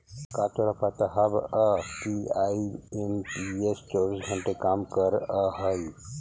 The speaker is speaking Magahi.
का तोरा पता हवअ कि आई.एम.पी.एस चौबीस घंटे काम करअ हई?